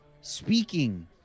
speaking